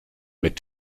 mit